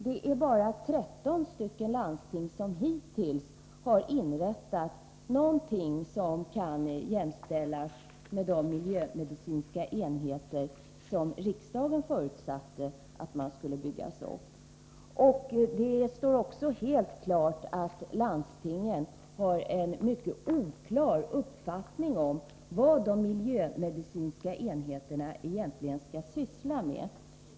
Det är bara 13 landsting som hittills har inrättat någonting som kan jämställas med de miljömedicinska enheter som riksdagen förutsatte skulle byggas upp. Det står också helt klart att landstingen har en mycket oklar uppfattning om vad de miljömedicinska enheterna egentligen skall syssla med.